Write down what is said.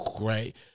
right